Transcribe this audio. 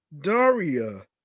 Daria